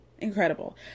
incredible